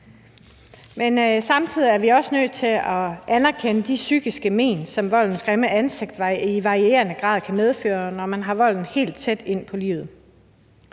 er samtidig også nødt til at anerkende de psykiske men, som voldens grimme ansigt i varierende grad kan medføre, når man har volden helt tæt inde på livet.